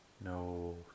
No